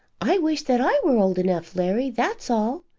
i wish that i were old enough, larry, that's all!